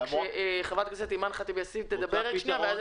מבקשת מחברת הכנסת אימאן ח'טיב יאסין לדבר ואז,